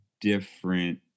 different